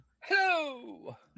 Hello